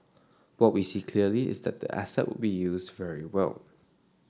what we see clearly is that the asset will be used very well